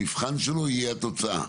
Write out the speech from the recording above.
המבחן שלו יהיה התוצאה.